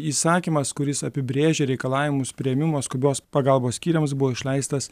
įsakymas kuris apibrėžia reikalavimus priėmimo skubios pagalbos skyriams buvo išleistas